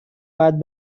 باید